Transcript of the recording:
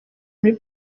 muri